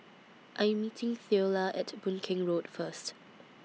I Am meeting Theola At Boon Keng Road First